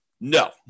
No